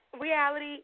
Reality